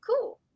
cool